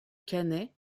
cannet